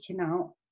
out